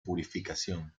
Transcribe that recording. purificación